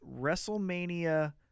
WrestleMania